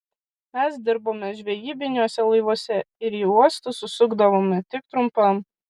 mes dirbome žvejybiniuose laivuose ir į uostus užsukdavome tik trumpam